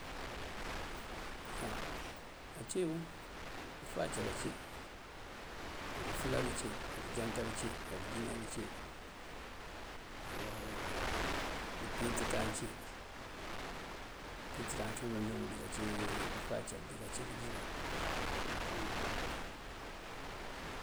Á ací wú, dëfáacal ací, á dëfëlal cí, dëjankal cí, á dëjínal cí á dëpintëţáan cí, dëpintëţáan cúun dajoonk dí kací dëfáacal dí kací dëjínal.